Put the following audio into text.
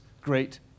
great